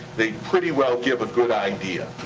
they pretty well give a good idea.